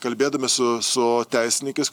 kalbėdami su su teisininkais